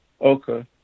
Okay